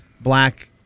black